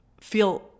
feel